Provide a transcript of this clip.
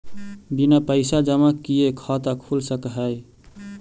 बिना पैसा जमा किए खाता खुल सक है?